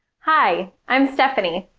hi, i'm stephanie.